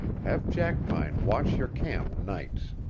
have jackpine watch your camp nights.